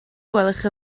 gwelwch